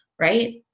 right